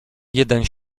jeden